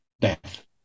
death